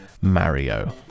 Mario